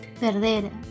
perder